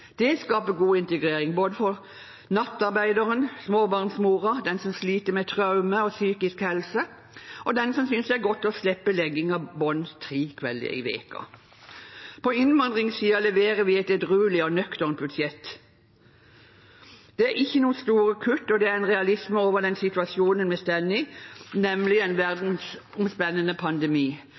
Det skaper god integrering – for både nattarbeideren, småbarnsmoren, den som sliter med traumer og psykisk helse, og den som synes det er godt å slippe legging av barn tre kvelder i uken. På innvandringssiden leverer vi et edruelig og nøkternt budsjett. Det er ikke noen store kutt, og det er en realisme over den situasjonen vi står i, nemlig en verdensomspennende pandemi.